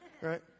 Right